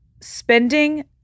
spending